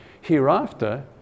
hereafter